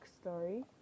story